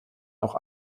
auch